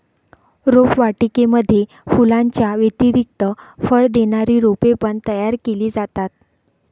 रोपवाटिकेमध्ये फुलांच्या व्यतिरिक्त फळ देणारी रोपे पण तयार केली जातात